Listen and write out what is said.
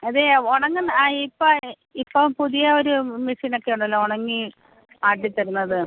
അതേ ഉണങ്ങുന്ന ആ ഇപ്പോഴായി ഇപ്പം പുതിയ ഒരു മെഷീനൊക്കെ ഉണ്ടല്ലൊ ഉണങ്ങി ആട്ടിത്തരുന്നത്